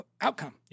outcome